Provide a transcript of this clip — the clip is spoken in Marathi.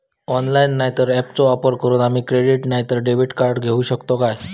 ऑनलाइन नाय तर ऍपचो वापर करून आम्ही क्रेडिट नाय तर डेबिट कार्ड घेऊ शकतो का?